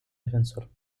defensor